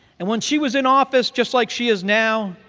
and when she was in office, just like she is now,